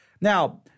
Now